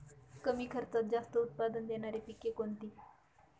कमी खर्चात जास्त उत्पाद देणारी पिके कोणती?